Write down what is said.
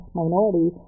minority